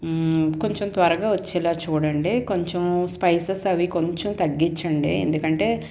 కొంచెం త్వరగా వచ్చేలా చూడండి కొంచెం స్పైసెస్ అవి కొంచెం తగ్గించండి ఎందుకంటే